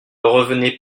revenez